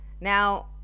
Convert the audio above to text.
now